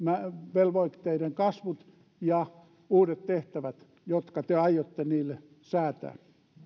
velvoitteiden kasvut ja uudet tehtävät jotka te aiotte niille säätää